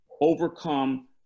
overcome